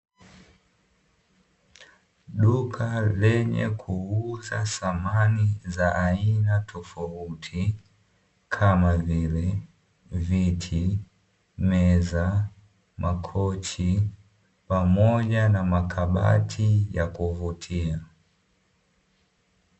Duka lenye kuuza samani za aina tofauti kama vile viti, meza, makochi pamoja na makabati ya kuvutia.